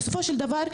בסופו של דבר,